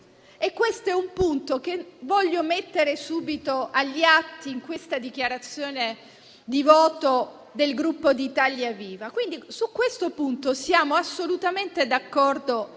Questo è un punto che voglio mettere subito agli atti in questa dichiarazione di voto del Gruppo Italia Viva. Su questo punto siamo assolutamente d'accordo